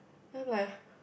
then I'm like